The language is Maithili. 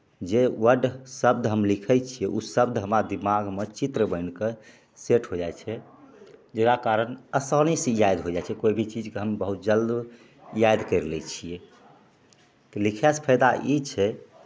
जे वर्ड शब्द हम लिखै छिए ओ शब्द हमर दिमागमे चित्र बनिके सेट हो जाइ छै जकरा कारण आसानीसे याद होइ जै छै कोइ भी चीजके हम बहुत जल्द याद करि लै छिए लिखैसे फायदा ई छै